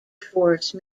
force